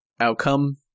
outcome